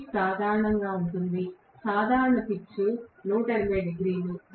pitch సాధారణంగా ఉంటుంది సాధారణ పిచ్ 180 డిగ్రీలు